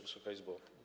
Wysoka Izbo!